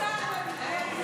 השר בן גביר.